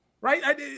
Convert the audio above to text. Right